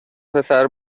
پسر